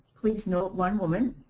please note one woman